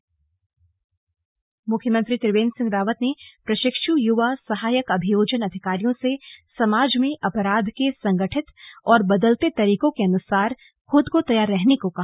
slug CM प्रशिक्षु भेंट मुख्यमंत्री त्रिवेन्द्र सिंह रावत ने प्रशिक्षु युवा सहायक अभियोजन अधिकारियों से समाज में अपराध के संगठित और बदलते तरीकों के अनुसार खुद को तैयार रहने को कहा